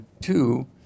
two